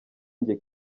njye